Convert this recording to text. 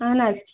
اہن حظ